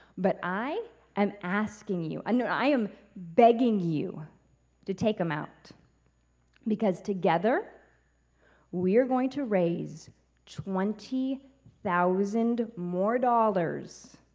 but i am asking you, no, i am begging you to take them out because together we are going to raise twenty thousand more dollars,